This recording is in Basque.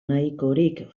nahikorik